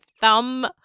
thumb